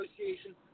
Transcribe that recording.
association